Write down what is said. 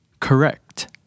correct